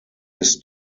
his